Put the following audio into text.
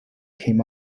came